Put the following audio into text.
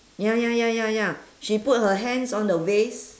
ya ya ya ya ya she put her hands on the waist